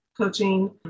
coaching